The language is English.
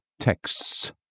texts